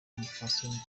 umupfasoni